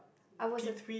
I was a